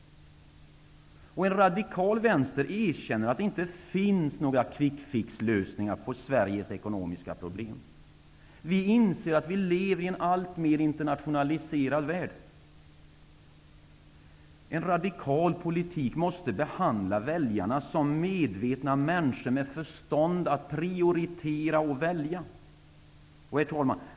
En radikal vänster erkänner att det inte finns några ''kvickfix''-lösningar på Sveriges ekonomiska problem. Vi inser att vi lever i en alltmer internationaliserad värld. En radikal politik måste behandla väljarna som medvetna människor med förstånd att prioritera och välja.